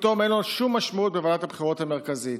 פתאום אין לו שום משמעות בוועדת הבחירות המרכזית.